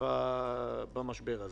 במשבר הזה.